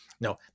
No